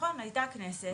נכון הייתה כנסת .